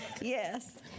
Yes